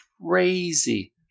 crazy